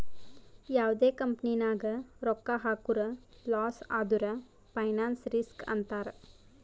ಯಾವ್ದೇ ಕಂಪನಿ ನಾಗ್ ರೊಕ್ಕಾ ಹಾಕುರ್ ಲಾಸ್ ಆದುರ್ ಫೈನಾನ್ಸ್ ರಿಸ್ಕ್ ಅಂತಾರ್